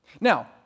Now